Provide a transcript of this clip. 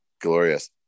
glorious